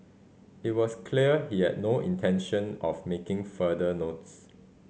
it was clear he had no intention of making further notes